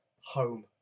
home